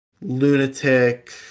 lunatic